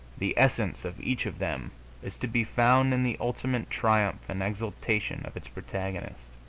the essence of each of them is to be found in the ultimate triumph and exaltation of its protagonist.